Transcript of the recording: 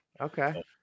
Okay